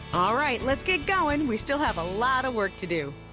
alright, let's get going. we still have a lot of work to do!